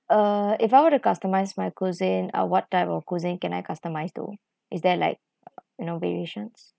uh if I were to customize my cuisine uh what type of cuisine can I customize to is there like you know variations